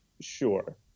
Sure